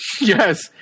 Yes